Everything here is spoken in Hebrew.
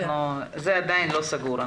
הנושא עדיין לא סגור.